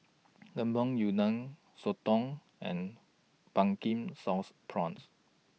Lemper Udang Soto and Pumpkin Sauce Prawns